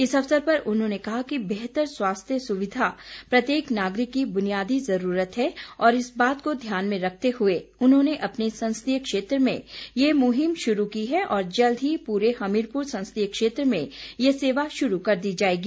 इस अवसर पर उन्होंने कहा कि बेहतर स्वास्थ्य सुविधा प्रत्येक नागरिक की बुनियादी ज़रूरत है और इस बात को ध्यान में रखते हुए उन्होंने अपने संसदीय क्षेत्र में ये मुहिम शुरू की है और जल्द ही पूरे हमीरपुर संसदीय क्षेत्र में ये सेवा शुरू कर दी जाएगी